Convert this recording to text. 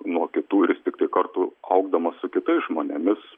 nuo kitų ir jis tiktai kartu augdamas su kitais žmonėmis